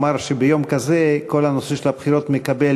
אמר שביום כזה כל הנושא של הבחירות מקבל